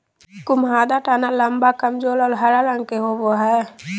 कुम्हाडा तना लम्बा, कमजोर और हरा रंग के होवो हइ